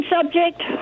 subject